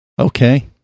okay